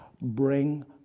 bring